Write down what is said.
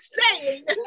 saying-